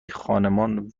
خانمان